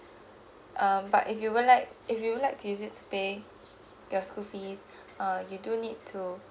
um but if you will like if you will like to use it to pay your school fees uh you do need to